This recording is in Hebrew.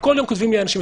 כל יום כותבים לי אנשים.